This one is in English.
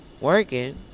working